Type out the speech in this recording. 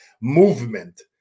movement